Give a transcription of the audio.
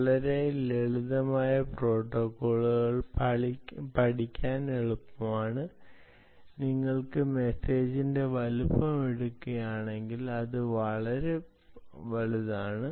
വളരെ ലളിതമായ പ്രോട്ടോക്കോൾ പഠിക്കാൻ എളുപ്പമാണ് നിങ്ങൾ മെസ്സേജിന്റെ വലുപ്പം എടുക്കുകയാണെങ്കിൽ ഇത് വളരെ വലുതാണ്